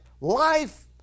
Life